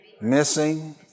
missing